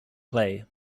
play